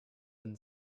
been